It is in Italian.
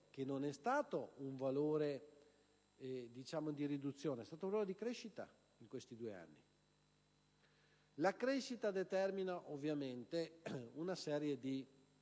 che non è stato di riduzione, ma di crescita in questi due anni. La crescita determina ovviamente una serie di problemi